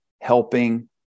helping